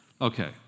Okay